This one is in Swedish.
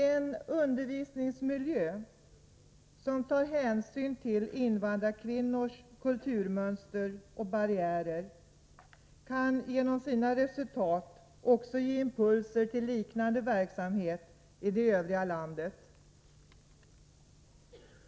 En undervisningsmiljö som tar hänsyn till invandrarkvinnors kulturmönster och barriärer kan genom sina resultat också ge impulser till liknande verksamhet i det övriga landet.